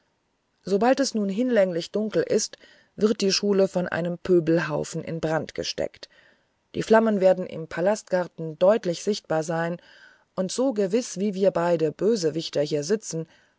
sobald es nun hinlänglich dunkel ist wird die schule von einem pöbelhaufen in brand gesteckt die flammen werden im palastgarten deutlich sichtbar sein und so gewiß wie wir beiden bösewichter hier sitzen